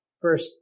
First